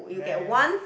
nah